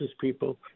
people